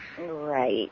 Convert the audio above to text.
Right